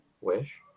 wish